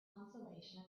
consolation